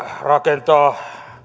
rakentaa